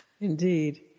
Indeed